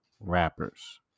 rappers